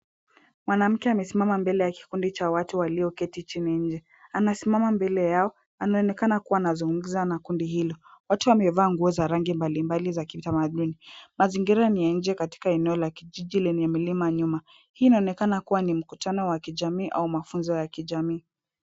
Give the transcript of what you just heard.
Mwanamke amesimama mbele ya kikundi cha watu walioketi chini nnje. Anasimama mbele yao. Anaonekana kuwa anazungumza na kundi hilo. Watu wamevaa nguo za rangi mbalimbali za kitamaduni. Mazingira ni ya nje katika sehemu ya kijiji yenye milima nyuma. Hii inaonekana kuwa mkutano wa kijamii au mafunzo ya kijamii.